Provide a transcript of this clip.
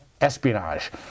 espionage